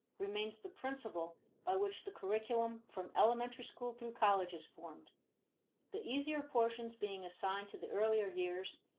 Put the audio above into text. remains the principle by which the curriculum, from elementary school through college, is formed the easier portions being assigned to the earlier years,